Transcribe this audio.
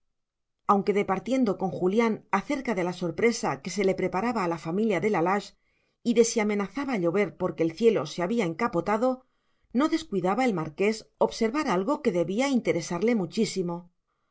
aunque departiendo con julián acerca de la sorpresa que se le preparaba a la familia de la lage y de si amenazaba llover porque el cielo se había encapotado no descuidaba el marqués observar algo que debía interesarle muchísimo